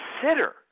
consider